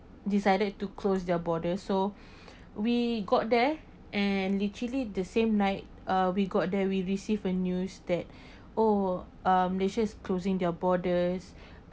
decided to close their borders so we got there and literally the same night uh we got there we received a news that oh uh malaysia is closing their borders